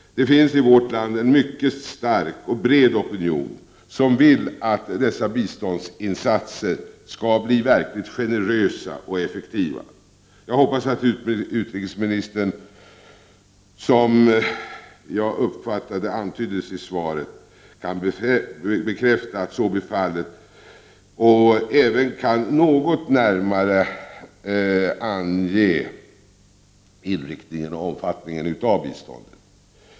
Det finns i vårt land en mycket stark och bred opinion som vill att dessa biståndsinsatser skall bli verkligt generösa och effektiva. Jag hoppas att utrikesministern, som jag uppfattade antyddes i svaret, kan bekräfta att så blir fallet och även kan något närmare ange inriktningen och omfattningen av biståndet.